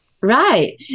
Right